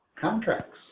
contracts